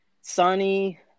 sunny